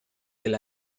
del